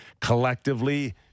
collectively